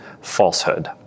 falsehood